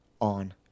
on